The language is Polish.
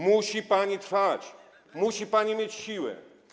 Musi pani trwać, musi pani mieć siłę.